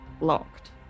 locked